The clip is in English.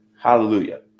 Hallelujah